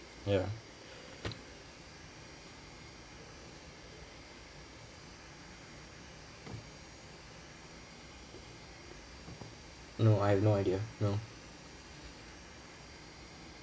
ya no I have no idea no